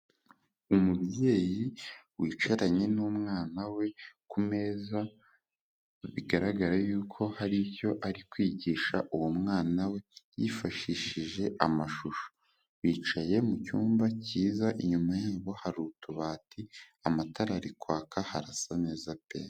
Umubyeyi wicaranye n'umwana we ku meza, bigaragara yuko hari icyo ari kwigisha uwo mwana we yifashishije amashusho. Bicaye mu cyumba cyiza, inyuma yabo hari utubati amatara ari kwaka harasa neza pe.